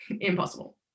Impossible